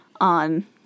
on